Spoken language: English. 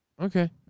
Okay